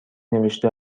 نوشته